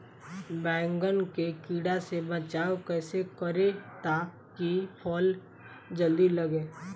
बैंगन के कीड़ा से बचाव कैसे करे ता की फल जल्दी लगे?